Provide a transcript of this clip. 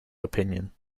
opinion